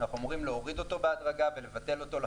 אנחנו אמורים להוריד אותו בהדרגה ולבטל אותו לחלוטין.